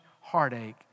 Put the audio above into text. heartache